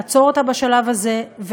לעצור אותה בשלב הזה,